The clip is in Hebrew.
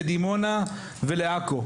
לדימונה ולעכו,